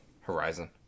Horizon